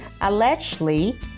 allegedly